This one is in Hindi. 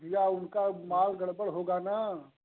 या उनका माल गड़बड़ होगा न